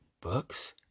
books